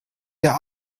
der